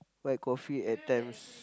white coffee at times